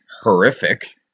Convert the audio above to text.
horrific